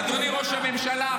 אדוני ראש הממשלה,